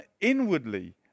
inwardly